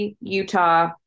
utah